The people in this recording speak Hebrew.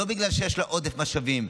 לא בגלל שיש לו עודף משאבים,